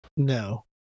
No